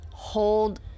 hold